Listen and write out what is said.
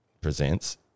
Presents